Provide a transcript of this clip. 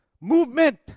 movement